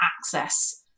access